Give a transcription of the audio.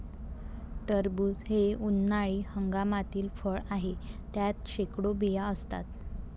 टरबूज हे उन्हाळी हंगामातील फळ आहे, त्यात शेकडो बिया असतात